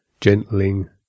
gentling